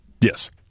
Yes